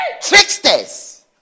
Tricksters